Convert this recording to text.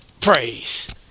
praise